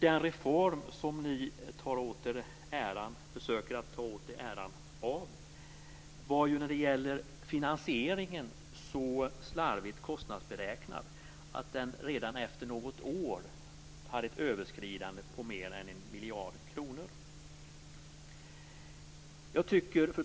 Den reform ni försöker att ta åt er äran av var, när det gäller finansieringen, så slarvigt kostnadsberäknad att den redan efter något år hade ett överskridande på mer än 1 miljard kronor. Fru talman!